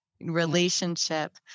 relationship